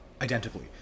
identically